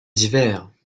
divers